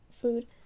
food